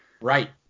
right